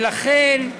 ולכן,